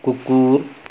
कुकुर